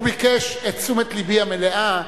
הוא ביקש את תשומת לבי המלאה,